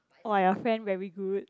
!wah! your friend very good